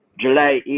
July